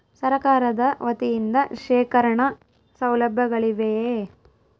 ಸರಕಾರದ ವತಿಯಿಂದ ಶೇಖರಣ ಸೌಲಭ್ಯಗಳಿವೆಯೇ?